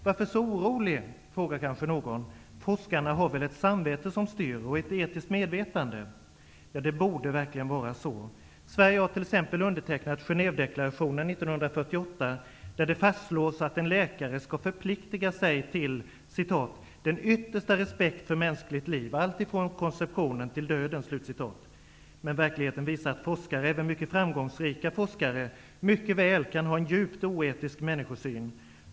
Varför så orolig, frågar kanske någon, forskarna har väl ett samvete som styr, och ett etiskt medvetande? Det borde verkligen vara så. Sverige har t.ex. undertecknat Genèvedeklarationen 1948, där det fastslås att en läkare skall förpliktiga sig till ''den yttersta respekt för mänskligt liv alltifrån konceptionen till döden''. Men verkligheten visar att forskare, även mycket framgångsrika forskare, mycket väl kan ha en djupt oetisk människosyn.